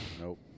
Nope